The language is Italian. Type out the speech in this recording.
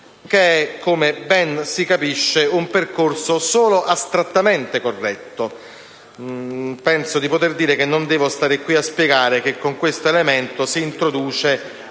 che è, come ben si capisce, un percorso solo astrattamente corretto. Penso di poter dire, e non devo stare qui a spiegarlo, che in tal modo si introduce